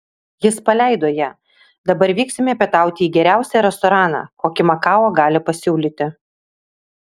jis paleido ją dabar vyksime pietauti į geriausią restoraną kokį makao gali pasiūlyti